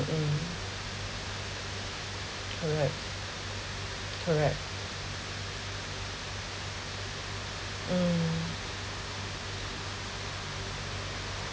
mm correct correct mm